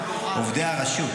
עליזה,